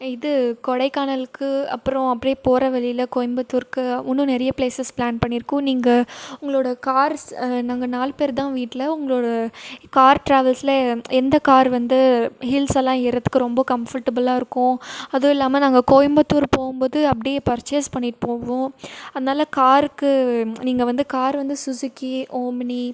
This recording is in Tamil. இது கொடைக்கானலுக்கு அப்புறம் அப்படியே போகிற வழியில் கோயம்பத்தூருக்கு இன்னம் நிறைய ப்ளேசஸ் ப்ளான் பண்ணியிருக்கோம் நீங்கள் உங்களோடய கார்ஸ் நாங்கள் நாலு பேர் தான் வீட்டில் உங்களோடய கார் ட்ராவல்ஸில் எந்த கார் வந்து ஹில்ஸெல்லாம் ஏறுறதுக்கு ரொம்ப கம்ஃபர்ட்டபுளாக இருக்கும் அதுவும் இல்லாமல் நாங்கள் கோயம்புத்தூர் போகும்போது அப்படியே பர்ச்சேஸ் பண்ணிட்டு போவோம் அதனால் காருக்கு நீங்கள் வந்து கார் வந்து சுஸுக்கி ஓமினி